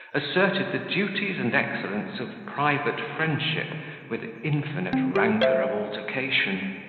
asserted the duties and excellence of private friendship with infinite rancour of altercation.